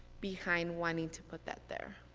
behind wanting to put that there?